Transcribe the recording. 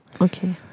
Okay